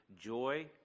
joy